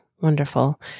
wonderful